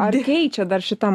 ar keičia dar šitą